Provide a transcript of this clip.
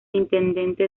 intendente